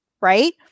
Right